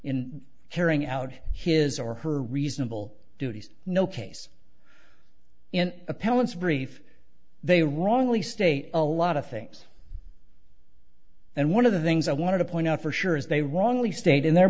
in carrying out his or her reasonable duties no case in appellant's brief they wrongly state a lot of things and one of the things i want to point out for sure is they wrongly state in their